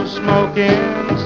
smoking